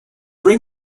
bring